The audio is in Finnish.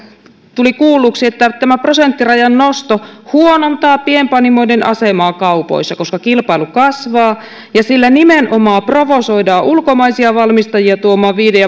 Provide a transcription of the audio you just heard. tuli kuulluksi että tämä prosenttirajan nosto huonontaa pienpanimoiden asemaa kaupoissa koska kilpailu kasvaa ja sillä nimenomaan provosoidaan ulkomaisia valmistajia tuomaan viiden